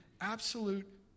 absolute